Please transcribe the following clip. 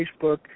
Facebook